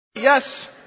Yes